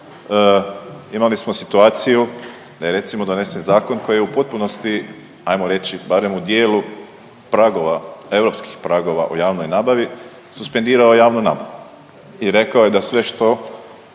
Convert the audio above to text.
Imali smo situaciju da je recimo donesen zakon koji je u potpunosti ajmo reći barem u dijelu pragova, europskih pragova u javnoj nabavi suspendirao javnu nabavu i rekao je da sve što